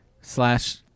slash